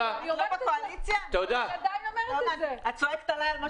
וגם אדם אחד.